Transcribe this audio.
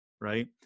right